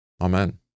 Amen